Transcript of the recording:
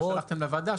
לא שלחתם לוועדה.